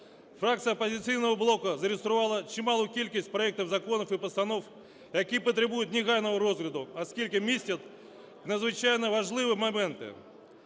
Фракція "Опозиційного блоку" зареєструвала чималу кількість проектів законів і постанов, які потребують негайного розгляду, оскільки містять надзвичайно важливі моменти